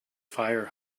fire